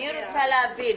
אני רוצה להבין,